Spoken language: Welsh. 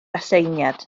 aseiniad